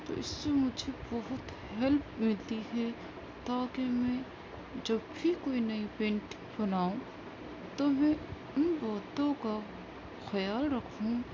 تو اس سے مجھے بہت ہیلپ ملتی ہے تاکہ میں جب بھی کوئی نئی پینٹنگ بناؤں تو میں ان باتوں کا خیال رکھوں